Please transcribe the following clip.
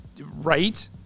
right